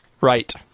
right